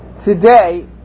Today